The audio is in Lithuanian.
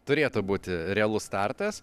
turėtų būti realus startas